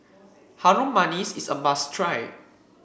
Harum Manis is a must try